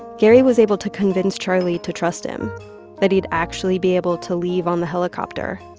gary was able to convince charlie to trust him that he'd actually be able to leave on the helicopter,